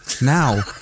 Now